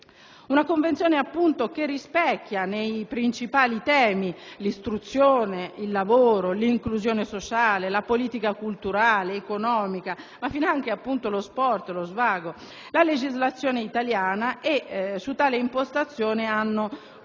Una Convenzione che rispecchia nei principali temi - l'istruzione, il lavoro, l'inclusione sociale, la politica culturale ed economica, finanche lo sport e lo svago - la legislazione italiana e su tale impostazione hanno convenuto